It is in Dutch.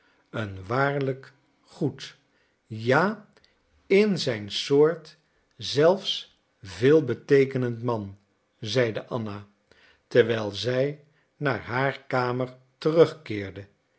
een waarlijk goed ja in zijn soort zelfs veelbeteekenend man zeide anna terwijl zij naar haar kamer terugkeerde